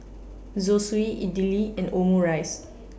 Zosui Idili and Omurice